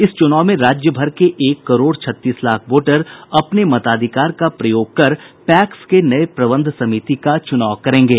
इस चुनाव में राज्यभर के एक करोड़ छत्तीस लाख वोटर अपने मताधिकार का प्रयोग कर पैक्स के नये प्रबंध समिति का चूनाव करेंगे